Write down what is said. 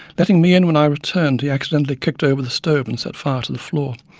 letting me in when i returned, he accidentally kicked over the stove, and set fire to the floor.